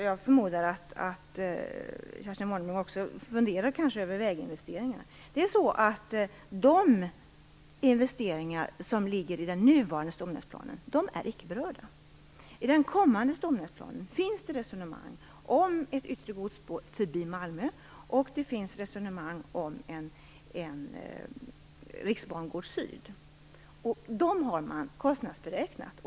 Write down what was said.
Jag förmodar att Kerstin Warnerbring kanske också funderar över väginvesteringar. De investeringar som ligger i den nuvarande stomnätsplanen är icke berörda. I den kommande stomnätsplanen finns resonemang om ett yttre godsspår förbi Malmö och en riksbangård Syd. De har man kostnadsberäknat.